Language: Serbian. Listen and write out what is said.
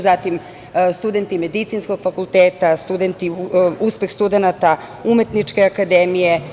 Zatim, studenti medicinskog fakulteta, uspeh studenata Umetničke akademije.